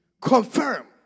Confirm